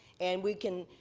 and we can